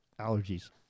Allergies